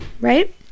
right